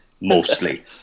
mostly